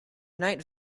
night